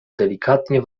delikatnie